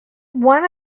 one